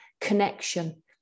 connection